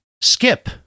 Skip